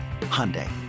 Hyundai